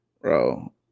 Bro